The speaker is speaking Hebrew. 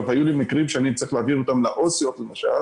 היו לי מקרים שאני הייתי צריך להעביר אותם לעובדות סוציאליות למשל,